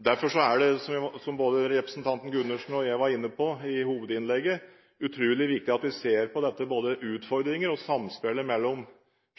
Derfor er det, som både representanten Gundersen og jeg var inne på i hovedinnleggene, utrolig viktig at vi ser på dette, på både utfordringer og samspillet mellom